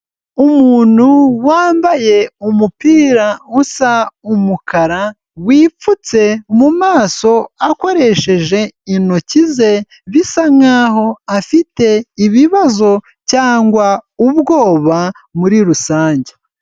Umuntu wambaye umupira usa umukara wipfutse mu maso akoresheje intoki ze, bisa nk'aho afite ibibazo cyangwa ubwoba muri rusange.